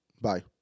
Bye